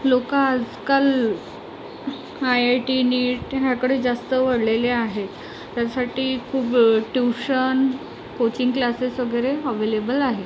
लोकं आजकाल I I T NEET ह्याकडे जास्त वळलेले आहेत त्याच्यासाठी खूप ट्यूशन कोचिंग क्लासेस वगैरे ॲव्हलेबल आहेत